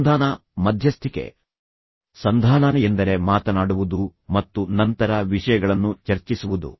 ಸಂಧಾನ ಮಧ್ಯಸ್ಥಿಕೆಃ ಸಂಧಾನ ಎಂದರೆ ಮಾತನಾಡುವುದು ಮತ್ತು ನಂತರ ವಿಷಯಗಳನ್ನು ಚರ್ಚಿಸುವುದು